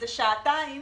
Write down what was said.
שעתיים